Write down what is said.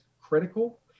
critical